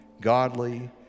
godly